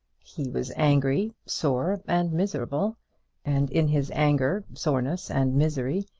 he was angry, sore, and miserable and in his anger, soreness, and misery,